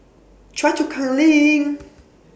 Choa Chu Kang LINK